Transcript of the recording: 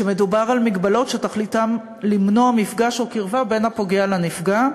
ומדובר על הגבלות שתכליתן למנוע מפגש או קרבה בין הפוגע לנפגע,